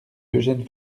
eugene